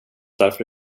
därför